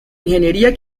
ingeniería